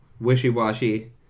wishy-washy